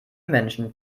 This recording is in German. menschen